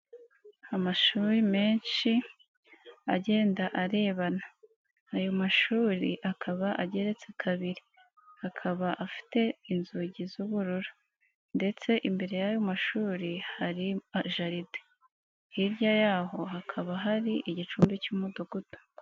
Amashuri menshi agenda arebana, ayo mashuri akaba ageretse kabiri, akaba afite inzugi z'ubururu ndetse imbere y'ayo mashuri hari jaride, hirya y'aho hakaba hari igicumbi cy'Umudugudu.